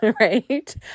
right